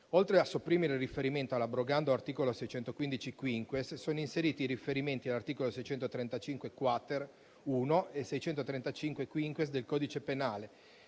Oltre a sopprimere il riferimento all'abrogando articolo 615-*quinquies*, sono inseriti i riferimenti all'articolo 635-*quater*.1 e 635-*quinquies* del codice penale,